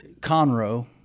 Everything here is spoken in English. Conroe